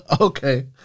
Okay